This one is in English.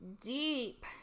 deep